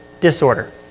disorder